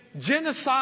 genocide